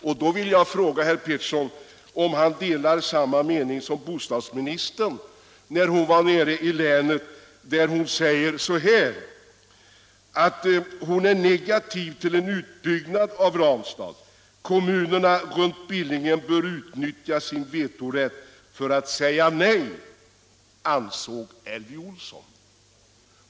Jag vill då fråga herr Petersson om han delar den mening som bostadsministern gav uttryck för när hon var nere i Skaraborgs län och meddelade att hon var negativt inställd till en utbyggnad av Ranstad. Kommunerna runt Billingen bör utnyttja sin vetorätt för att säga nej, ansåg Elvy Olsson.